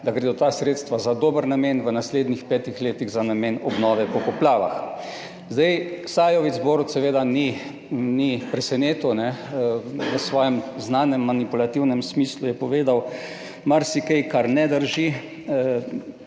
da gredo ta sredstva za dober namen v naslednjih petih letih za namen obnove po poplavah. Zdaj, Sajovic, Borut, seveda ni presenetil, v svojem znanem manipulativnem smislu je povedal marsikaj kar ne drži.